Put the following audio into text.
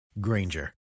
Granger